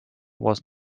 was